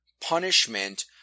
punishment